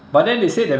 but then they say the